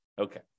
Okay